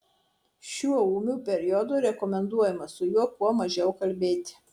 šiuo ūmiu periodu rekomenduojama su juo kuo mažiau kalbėti